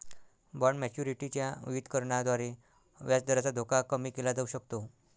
bond maturity च्या विविधीकरणाद्वारे व्याजदराचा धोका कमी केला जाऊ शकतो